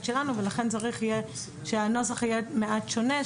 שלנו ולכן צריך יהיה שהנוסח יהיה מעט שונה,